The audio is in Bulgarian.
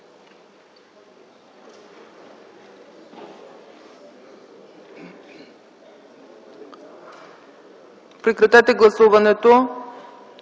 Прекратете гласуването!